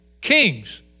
Kings